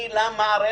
חיצוני למערכת.